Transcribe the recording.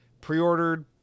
pre-ordered